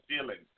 feelings